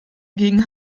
gegen